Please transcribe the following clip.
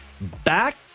back